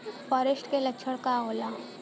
फारेस्ट के लक्षण का होला?